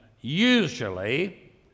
usually